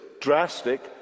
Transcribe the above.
drastic